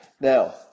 Now